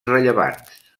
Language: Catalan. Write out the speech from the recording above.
rellevants